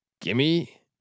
Gimme